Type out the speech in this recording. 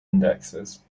indexes